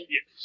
Yes